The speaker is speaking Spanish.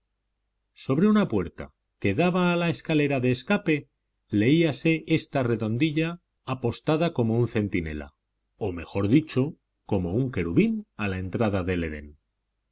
sobre una puerta que daba a la escalera de escape leíase esta redondilla apostada como un centinela o mejor dicho como un querubín a la entrada del edén